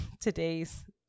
today's